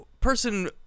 person